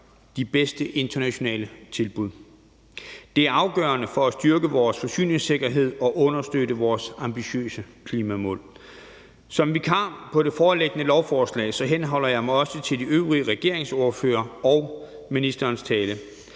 de bedste internationale tilbud. Det er afgørende for at styrke vores forsyningssikkerhed og understøtte vores ambitiøse klimamål. Som vikar på det foreliggende lovforslag henholder jeg mig til de øvrige regeringsordførere og ministerens tale